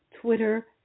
Twitter